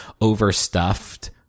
overstuffed